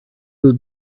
would